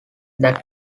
that